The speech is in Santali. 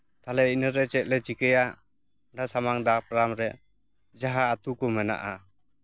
ᱛᱟᱦᱞᱮ ᱤᱱᱟᱹᱨᱮ ᱪᱮᱫ ᱞᱮ ᱪᱤᱠᱟᱹᱭᱟ ᱥᱟᱢᱟᱝ ᱫᱟᱯᱨᱟᱢ ᱨᱮ ᱡᱟᱦᱟᱸ ᱟᱹᱛᱩ ᱠᱚ ᱢᱮᱱᱟᱜᱼᱟ